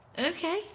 Okay